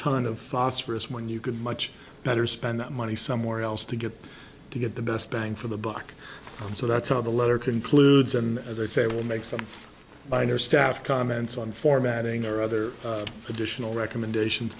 ton of phosphorus when you could much better spend that money somewhere else to get to get the best bang for the book and so that's how the letter concludes and as i say will make some minor staff comments on formatting or other additional recommendations